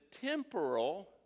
temporal